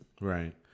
Right